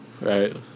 Right